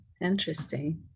interesting